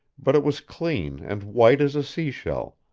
but it was clean and white as a sea-shell,